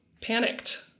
panicked